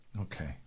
Okay